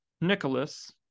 Nicholas